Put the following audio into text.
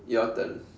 your turn